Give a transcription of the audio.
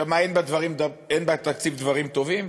עכשיו, מה, אין בתקציב דברים טובים?